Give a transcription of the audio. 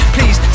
Please